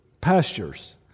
pastures